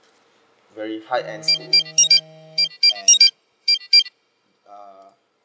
very high and and uh